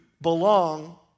belong